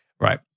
Right